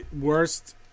worst